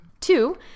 two